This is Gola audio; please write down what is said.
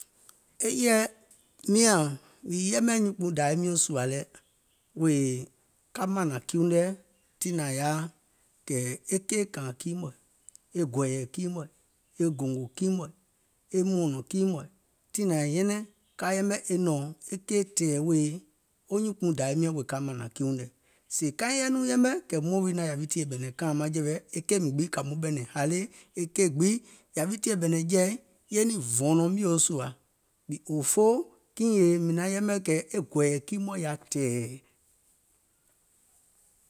E yɛ̀ɛ mìŋ yɛmɛ̀ nyuùnkpùuŋ dȧwi miɔ̀ŋ sùȧ lɛ wèè ka mȧnȧŋ kiiuŋ nɛ̀ tiŋ nȧŋ kɛ̀ e keì kȧȧìŋ kii mɔ̀ɛ̀, e gɔ̀ɔ̀yɛ̀ kii mɔ̀ɛ̀, e gòngò kii mɔ̀ɛ̀, e mɔ̀ɔ̀nɔ̀ŋ kii mɔ̀ɛ̀, tiŋ nàŋ nyɛnɛŋ ka yɛmɛ̀ e nɔ̀ŋ e keì tɛ̀ɛ̀ wèè wo nyuùnkpùuŋ dȧwi miɔ̀ŋ wèè ka mȧnȧŋ kiiuŋ nɛ̀, sèè kaiŋ yɛi nɔŋ yɛmɛ̀, kɛ̀ muȧŋ wii naȧŋ yȧwi tìyèe ɓɛ̀nɛ̀ŋ kȧȧìŋ maŋjɛ̀wɛ, e keìm gbiŋ kȧ muiŋ ɓɛ̀nɛ̀ŋ hȧlee e keì gbiŋ yȧwi tìyèe ɓɛ̀nɛ̀ŋ jɛ̀i ye niŋ vɔ̀ɔ̀nɔ̀ŋ mìò sùȧ, òfoo kiìŋ yèèe, mìŋ naŋ yɛmɛ̀ kɛ̀ e gɔ̀ɔ̀yɛ̀ kii mɔ̀ɛ̀ yaȧ tɛ̀ɛ̀.